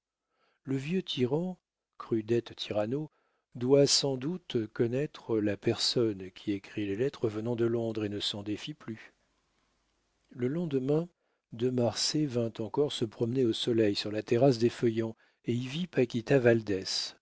le vieux tyran crudel tiranno doit sans doute connaître la personne qui écrit les lettres venant de londres et ne s'en défie plus le lendemain de marsay vint encore se promener au soleil sur la terrasse des feuillants et y vit paquita